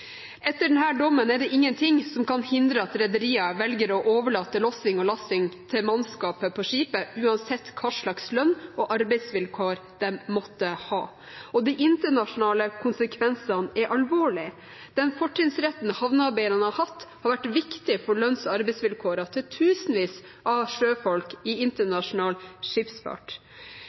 Etter denne dommen er det ingenting som kan hindre at rederier velger å overlate lossing og lasting til mannskapet på skipet, uansett hva slags lønn og arbeidsvilkår de måtte ha. De internasjonale konsekvensene er alvorlige. Den fortrinnsretten havnearbeiderne har hatt, har vært viktig for lønns- og arbeidsvilkårene til tusenvis av sjøfolk i internasjonal skipsfart,